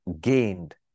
gained